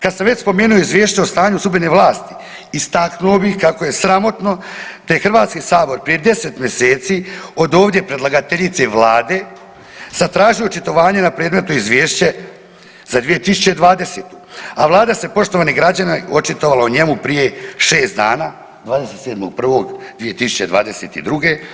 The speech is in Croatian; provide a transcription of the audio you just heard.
Kad sam već spomenuo Izvješće o stanju sudbene vlasti istaknuo bih kako je sramotno da je Hrvatski sabor prije deset mjeseci od ovdje predlagateljice Vlade zatražio očitovanje na predmetno izvješće za 2020. a Vlada se poštovani građani očitovala o njemu prije šest dana, 27.1.2022.